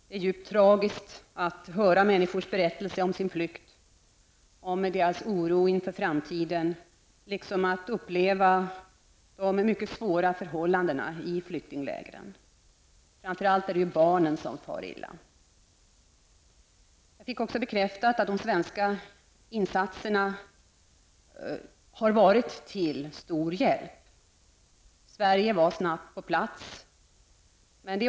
Det är djupt tragiskt att höra människors berättelser om sin flykt, deras oro inför framtiden, liksom att uppleva de mycket svåra förhållandena i flyktinglägren. Framför allt är det barnen som far illa. Jag fick också bekräftat att de svenska insatserna har varit till stor hjälp. Sverige var snabbt på plats.